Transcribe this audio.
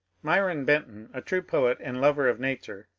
myron benton, a true poet and lover of nature,